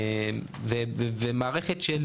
ומערכת של